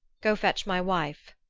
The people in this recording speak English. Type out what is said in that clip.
go fetch my wife,